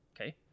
Okay